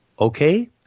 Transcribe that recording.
okay